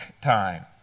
time